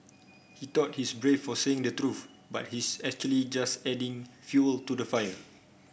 he thought he's brave for saying the truth but he's actually just adding fuel to the fire